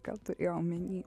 gal turėjo omeny